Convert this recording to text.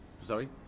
sorry